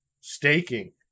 staking